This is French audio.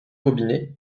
robinet